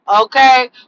Okay